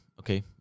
okay